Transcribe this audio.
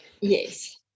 Yes